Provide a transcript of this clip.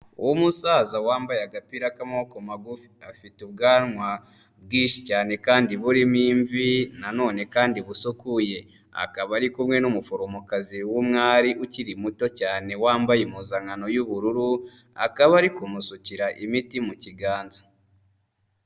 Umusaza wambaye agapira k'amaboko magufi. Afite ubwanwa bwinshi cyane kandi burimo imvi nanone kandi busukuye. Akaba ari kumwe n'umuforomokazi w'umwari ukiri muto cyane wambaye impuzankano y'ubururu, akaba ari kumusukira imiti mu kiganza.